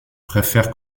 préfère